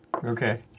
Okay